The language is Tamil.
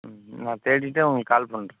ம் நான் தேடிவிட்டு உங்களுக்கு கால் பண்ணுறேன்